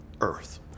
earth